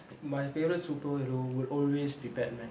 my favourite superhero will always be batman